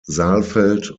saalfeld